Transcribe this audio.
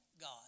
God